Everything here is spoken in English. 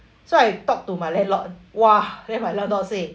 so I talk to my landlord !wah! then my lord say